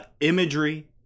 imagery